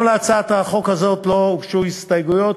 גם להצעת החוק הזאת לא הוגשו הסתייגויות,